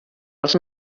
els